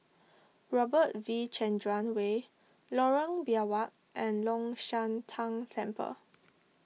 Robert V Chandran Way Lorong Biawak and Long Shan Tang Temple